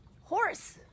Horse